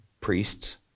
priests